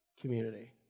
community